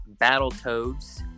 Battletoads